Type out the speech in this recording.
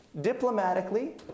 Diplomatically